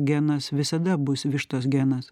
genas visada bus vištos genas